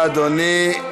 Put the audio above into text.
תודה, אדוני.